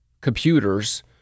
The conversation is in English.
computers